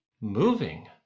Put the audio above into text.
Moving